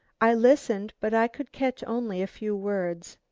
i listened, but i could catch only a few words.